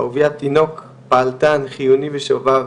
אהוביה תינוק פעלתן, חיוני ושובב,